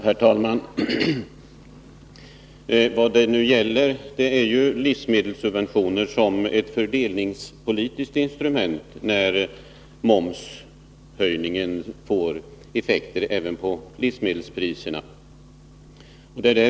Herr talman! Vad det nu gäller är ju livsmedelssubventioner som fördelningspolitiskt instrument, när momshöjningen får effekter även på livsmedelspriserna.